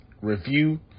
review